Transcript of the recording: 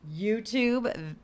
YouTube